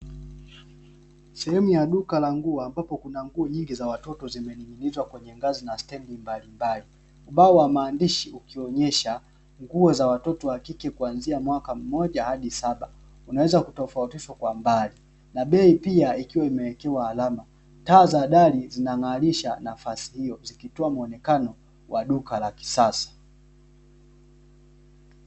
Sehemu ya duka la nguo, ambapo kuna nguo nyingi za watoto zimening'inizwa kwenye ngazi na stendi mbalimbali, ubao wa maandishi ukionyesha nguo za watoto wa kike kuanzia mwaka mmoja hadi saba unaweza kutofautishwa kwa mbali na bei pia, ikiwa imewekewa alama. Taa za dari zinang'arisha nafasi hiyo, zikitoa muonekano wa duka la kisasa.